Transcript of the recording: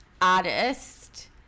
artist